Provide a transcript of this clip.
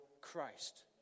Christ